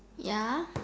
ya